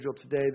today